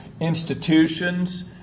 institutions